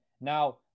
Now